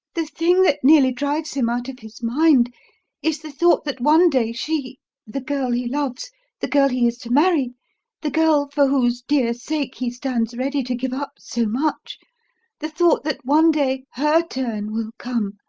the thing that nearly drives him out of his mind is the thought that one day she the girl he loves the girl he is to marry the girl for whose dear sake he stands ready to give up so much the thought that one day her turn will come,